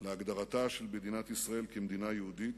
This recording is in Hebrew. להגדרתה של מדינת ישראל כמדינה יהודית,